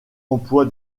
emploie